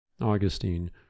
augustine